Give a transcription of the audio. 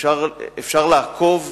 אפשר לעקוב,